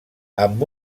amb